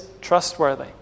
trustworthy